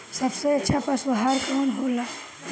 सबसे अच्छा पशु आहार कवन हो ला?